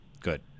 good